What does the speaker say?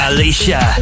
Alicia